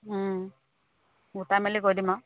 গোটাই মেলি কৈ দিম আৰু